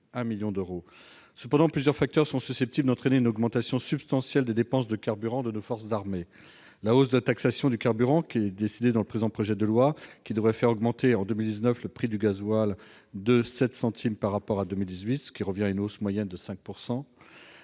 Toutefois, plusieurs facteurs sont susceptibles d'entraîner une augmentation substantielle des dépenses de carburant de nos forces armées. En premier lieu, la hausse de la taxation du carburant décidée dans le présent projet de loi, qui devrait, en 2019, faire augmenter le prix du gazole de 7 centimes par rapport à 2018, ce qui revient à une hausse moyenne de 5 %.